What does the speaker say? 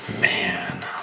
Man